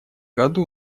году